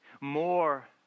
more